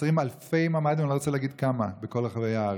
חסרים אלפי ממ"דים בכל רחבי הארץ,